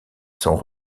sont